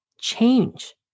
change